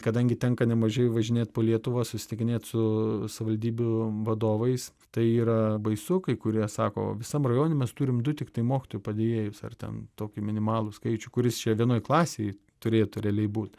kadangi tenka nemažai važinėti po lietuvą susitikinėt su savivaldybių vadovais tai yra baisu kai kurie sako visam rajone mes turim du tiktai mokytojų padėjėjus ar ten tokį minimalų skaičių kuris čia vienoj klasėj turėtų realiai būt